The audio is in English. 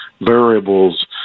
variables